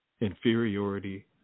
inferiority